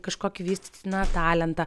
kažkokį vystytiną talentą